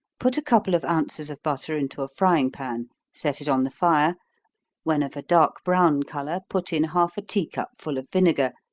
put a couple of ounces of butter into a frying pan set it on the fire when of a dark brown color, put in half a tea cup full of vinegar,